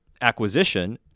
acquisition